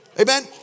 Amen